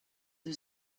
eus